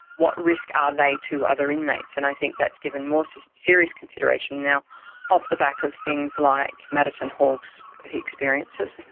what risk are they to other inmates? and i think that is given more serious consideration now off the back of things like maddison hall's experiences.